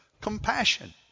compassion